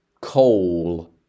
coal